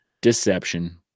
deception